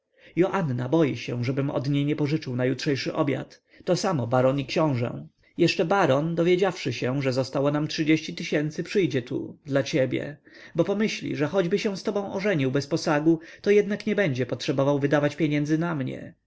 joanna boi się żebym od niej nie pożyczył na jutrzejszy obiad to samo baron i książe jeszcze baron dowiedziawszy się że zostało nam trzydzieści tysięcy przyjdzie tu dla ciebie bo pomyśli że choćby się z tobą ożenił bez posagu to jednak nie będzie potrzebował wydawać pieniędzy na mnie